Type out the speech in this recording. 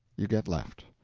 you get left.